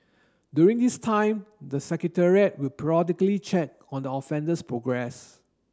during this time the Secretariat will periodically check on the offender's progress